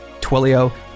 Twilio